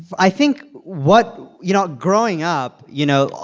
i think what you know, growing up, you know,